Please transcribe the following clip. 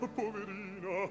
poverina